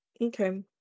Okay